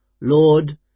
Lord